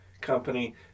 Company